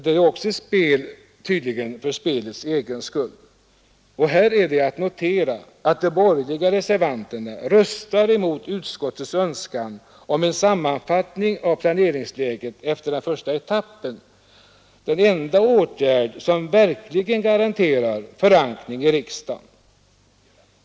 Det är tydligen också ett spel för spelets egen skull. Här är att notera att de borgerliga reservanterna röstar emot utskottets önskan om en sammanfattning av planeringsläget efter den första etappen. Det är den enda åtgärd som verkligen garanterar förankring i riksdagen.